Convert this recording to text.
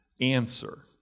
answer